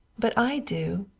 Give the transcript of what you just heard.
but i do.